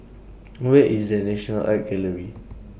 Where IS The National Art Gallery